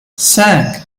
cinq